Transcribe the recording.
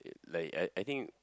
like I I think